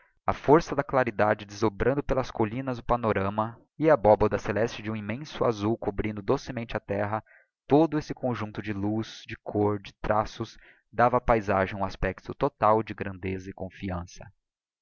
a força da claridade desdobrando pelas collinas o panorama a abobada celeste deumimmenso azul cobrindo docemente a terra todo esse conjuncto de luzj de côr de traços dava á paizagem um aspecto total de grandeza e confiança